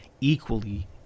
equally